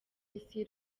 isi